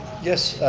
yes,